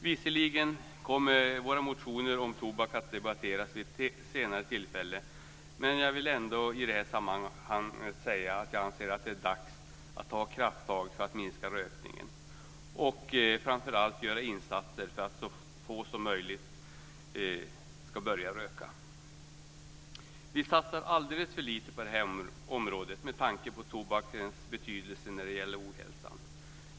Visserligen kommer våra motioner om tobak att debatteras vid ett senare tillfälle, men jag vill ändå i det här sammanhanget säga att jag anser att det är dags att ta krafttag för att minska rökningen och framför allt göra insatser för att så få som möjligt ska börja röka. Vi satsar alldeles för lite på det här området med tanke på tobakens betydelse när det gäller ohälsan.